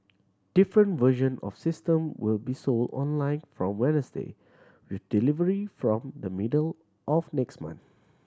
different version of system will be sold online from Wednesday with delivery from the middle of next month